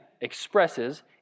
expresses